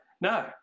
No